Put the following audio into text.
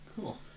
Cool